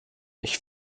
ich